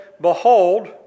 behold